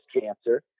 cancer